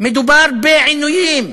מדובר בעינויים.